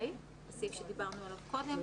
הסעיף שדיברנו עליו קודם.